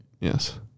Yes